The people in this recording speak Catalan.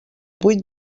vuit